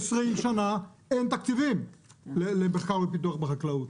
20 שנה אין תקציבים למחקר ופיתוח בחקלאות.